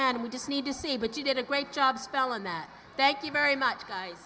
end we just need to see but you did a great job spelling that thank you very much guy